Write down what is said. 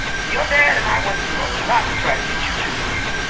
your dad and i went through a lot to try to get you two to meet.